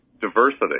diversity